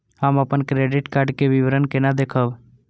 हम अपन credit card के विवरण केना देखब?